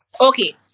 Okay